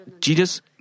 Jesus